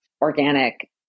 organic